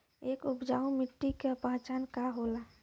एक उपजाऊ मिट्टी के पहचान का होला?